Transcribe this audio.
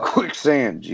Quicksand